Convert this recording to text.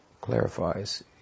clarifies